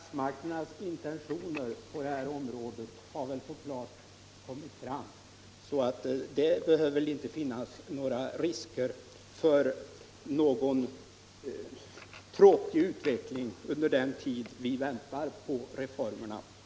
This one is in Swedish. Herr talman! Statsmakternas inställning på det här området har väl så klart kommit fram att det inte behöver finnas risk för någon tråkig utveckling under den tid vi väntar på reformerna.